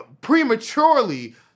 prematurely